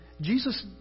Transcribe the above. Jesus